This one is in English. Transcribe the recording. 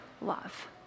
love